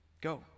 Go